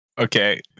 Okay